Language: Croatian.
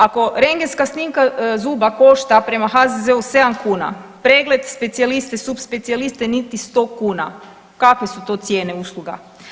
Ako rendgenska snimka zuba košta prema HZZO 7 kuna, pregled specijaliste, supspecijaliste niti 100 kuna, kakve su to cijene usluga?